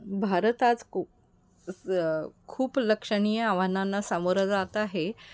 भारत आज खू खूप लक्षणीय आव्हानांना सामोरा जात आहे